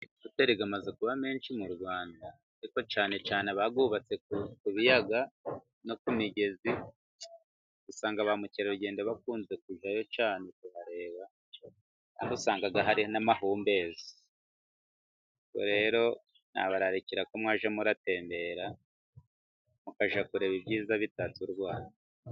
Amahoteri amaze kuba menshi mu Rwanda ariko cyane cyane abayubatse ku biyaga no ku migezi, usanga ba mukerarugendo bakunze kujyayo cyane kuhareba ariko usanga hari n'amahumbezi. Rero nabararikira ko mwajya muratembera , mukajya kureba ibyiza bitatse u Rwanda .